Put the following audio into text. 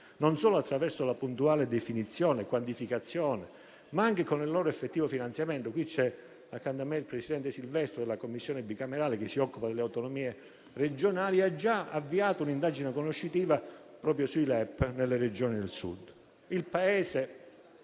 non solo attraverso la loro puntuale definizione e quantificazione, ma anche con il loro effettivo finanziamento. È qui, accanto a me, il senatore Silvestro, presidente della Commissione bicamerale che si occupa delle autonomie regionali, che ha già avviato un'indagine conoscitiva proprio sui LEP nelle Regioni del Sud. Signor